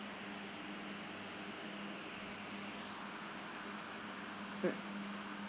mm